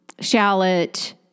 shallot